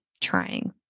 trying